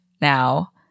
now